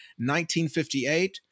1958